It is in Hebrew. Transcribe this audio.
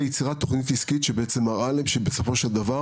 יצירת תוכנית עסקית שבעצם מראה להם שבסופו של דבר